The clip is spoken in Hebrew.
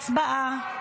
הצבעה.